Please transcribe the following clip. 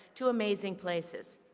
to amazing places.